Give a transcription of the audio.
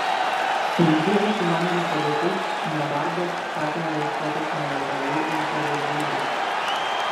sunki ekonominė padėtis nedarbas skatina ieškotis nelegalių uždarbio būdų